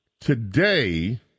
Today